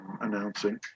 announcing